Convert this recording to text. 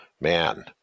man